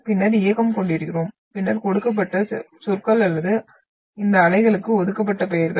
பின்னர் இயக்கம் கொண்டிருக்கிறோம் பின்னர் கொடுக்கப்பட்ட சொற்கள் அல்லது இந்த அலைகளுக்கு ஒதுக்கப்பட்ட பெயர்கள்